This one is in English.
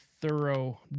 thorough